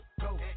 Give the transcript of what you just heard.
go